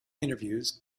interviews